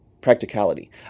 practicality